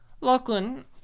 Lachlan